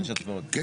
אני